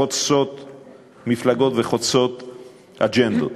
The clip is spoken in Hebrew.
חוצות מפלגות וחוצות אג'נדות,